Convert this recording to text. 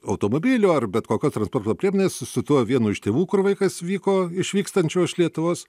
automobilio ar bet kokio transporto priemonės su su tuo vienu iš tėvų kur vaikas vyko išvykstančio iš lietuvos